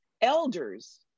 Elders